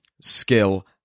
skill